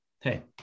Hey